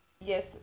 Yes